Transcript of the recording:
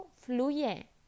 fluye